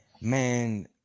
man